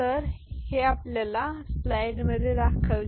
तर आपल्याला 1 0 मिळेल नंतर आपण पुढील मूल्य घ्या